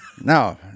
No